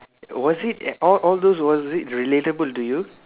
was it all all those was it relatable to you